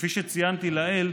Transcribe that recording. כפי שציינתי לעיל,